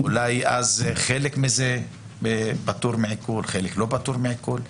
-- אלי חלק מזה פטור מעיקול, חלק לא פטור מעיקול.